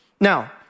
Now